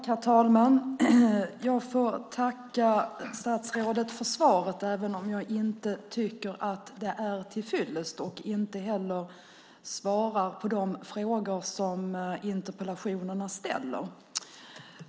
Herr talman! Jag får tacka statsrådet för svaret även om jag inte tycker att det är tillfyllest. Jag tycker inte heller att det ger svar på de frågor som ställs i interpellationerna.